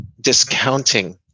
discounting